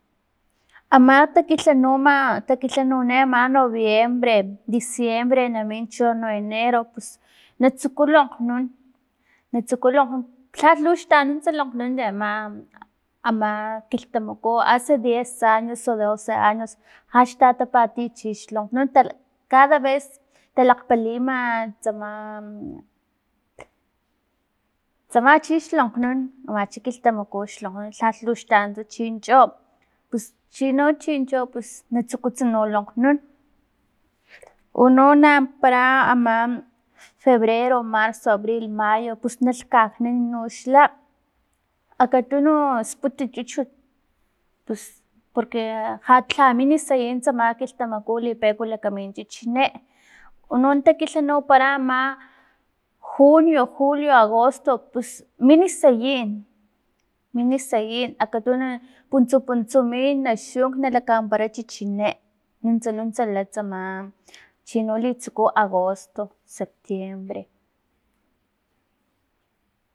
Ama takilhanuma ta kilhanuni ama noviembre diciembre na min chono enero pus na tsuku lokgnun lhal luxtanuts lonkgnun ama ama kilhtamaku hace diez año o doce años jak tatapati chux longnun cada vez talakgpaliman tsama tsama chix longnun amacha kilhtamaku xlonkgnun lhal luxtanunts chi chincho pus chino chincho pus na tsukulh no lonkgnun uno na wampara ama febrero marzo abril mayo pus na lhkaknan iunoxla akatunu sputa chuchut pus porque lhamin sayin tsama kilhtamaku u lipek lakamin chichini uno na takilhanupara ama junio julio agosto pus mina sayin sayin akatunu puntsu puntsu min na xunk na lakaminpara chichini nunts nunts la tsama chino litsuku agosto septiembre.